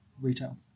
retail